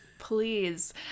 Please